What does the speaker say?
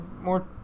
more